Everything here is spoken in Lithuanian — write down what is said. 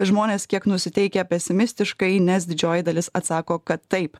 žmonės kiek nusiteikę pesimistiškai nes didžioji dalis atsako kad taip